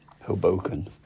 Hoboken